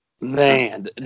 Man